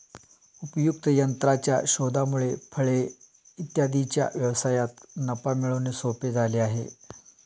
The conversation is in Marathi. उपयुक्त यंत्राच्या शोधामुळे फळे इत्यादींच्या व्यवसायात नफा मिळवणे सोपे झाले आहे